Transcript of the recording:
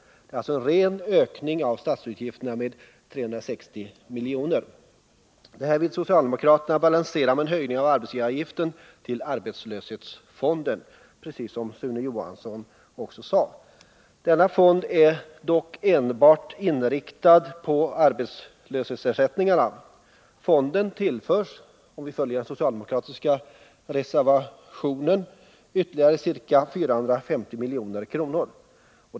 Det är alltså en ren ökning av statsutgifterna med 360 miljoner. Det här vill socialdemokraterna balansera med en höjning av arbetsgivaravgiften till arbetslöshetsfonden, precis som Sune Johansson sade. Denna fond är dock enbart inriktad på arbetslöshetsersättningarna. Fonden tillförs, om vi följer den socialdemokratiska reservationen, ytterligare ca 450 milj.kr.